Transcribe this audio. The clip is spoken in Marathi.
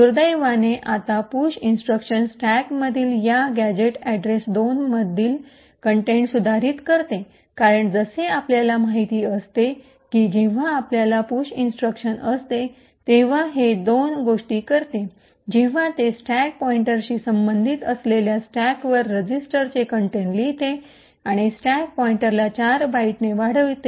दुर्दैवाने आता पुश इन्स्ट्रक्शन स्टॅकमधील या गॅझेट अॅड्रेस २ मधील कंटेंट सुधारित करते कारण जसे आपल्याला माहिती असते की जेव्हा आपल्याला पुश इन्स्ट्रक्शन असते तेव्हा हे दोन गोष्टी करते जेव्हा ते स्टॅक पॉईंटरशी संबंधित असलेल्या स्टॅकवर रजिस्टरचे कंटेंट लिहिते आणि स्टॅक पॉइंटरला ४ बाईटने वाढविते